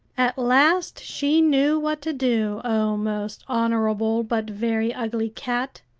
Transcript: at last she knew what to do, o most honorable but very ugly cat!